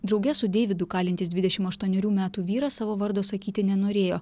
drauge su deividu kalintis dvidešim aštuonerių metų vyras savo vardo sakyti nenorėjo